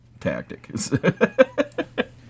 tactic